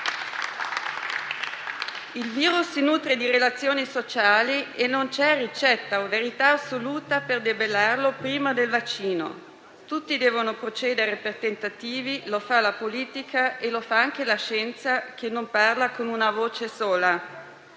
Il virus si nutre di relazioni sociali e non ci sono ricette o verità assolute per debellarlo prima del vaccino. Tutti devono procedere per tentativi: lo fa la politica e lo fa anche la scienza, che non parla con una voce sola.